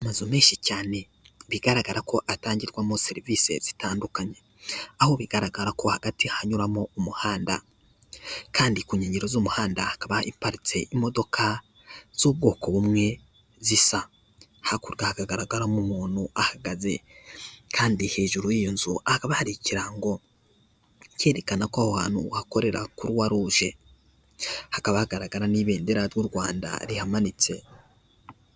Aazuu menshi cyane bigaragara ko atangirwamo serivisi zitandukanye, aho bigaragara ko hagati hanyuramo umuhanda. Kandi ku nkengero z'umuhanda hakaba iparitse imodoka z'ubwoko bumwe zisa. Hakurya hakagaragaramo umuntu ahagaze kandi hejuru y'inzu hakaba hari ikirango cyerekana ko aho hantu hakorera croix rouge, hakaba hagaragara n'ibendera ry'u Rwanda rihamanitse.